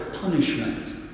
punishment